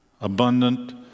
abundant